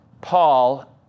Paul